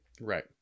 Right